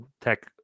tech